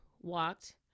walked